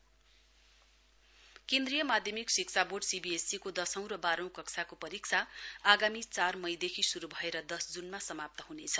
CBSE केन्द्रीय माध्यमिक शिक्षा बोर्ड सीबीएसईको दशौं र बाहौं कक्षाको परीक्षा आगामी चार मईदेखि शुरु भएर दस जूनमा समाप्त हुनेछ